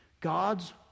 God's